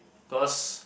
because